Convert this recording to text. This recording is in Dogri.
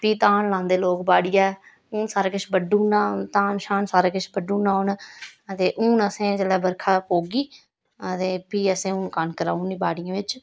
ते फ्ही धान लांदे लोक बाड़ियै हून सारा किश बड्डू उड़ना हून धान शान सारा किश बड्डू उड़ना हून ते हून असें जेल्लै बरखां पौह्गी ते फ्ही असें कनक राऊ उड़नी बाड़ियें बिच्च